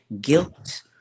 guilt